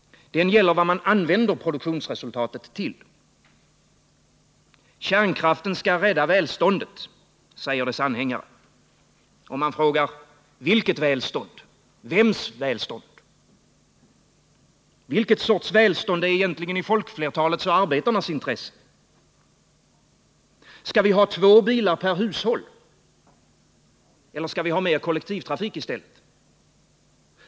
Den gäller vad man använder produktionsresultatet till. Kärnkraften skall rädda välståndet, säger dess anhängare. Men vilket välstånd och vems välstånd? Vilket välstånd är i folkflertalets och arbetarnas intresse? Skall vi ha två bilar per hushåll eller skall vi i stället ha mer kollektivtrafik?